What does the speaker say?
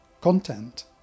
content